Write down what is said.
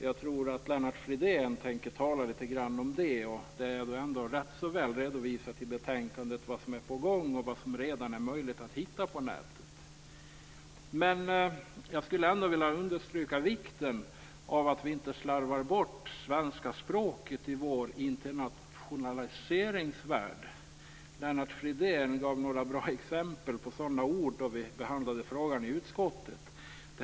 Jag tror att Lennart Fridén tänker tala litet grand om det, och det är ändå ganska väl redovisat i betänkandet vad som är på gång och vad som redan nu är möjligt att hitta på nätet. Jag skulle ändå vilja understryka vikten av att vi inte slarvar bort svenska språket i vår internationaliseringsvärld. Lennart Fridén gav några bra exempel på ord när vi behandlade frågan i utskottet.